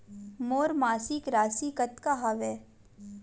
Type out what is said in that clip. मोर मासिक राशि कतका हवय?